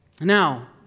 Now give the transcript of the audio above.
Now